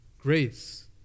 grace